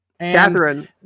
Catherine